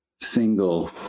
single